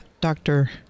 doctor